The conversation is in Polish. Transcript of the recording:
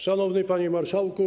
Szanowny Panie Marszałku!